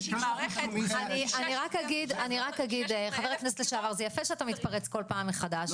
זה יפה שאתה מתפרץ כל פעם מחדש.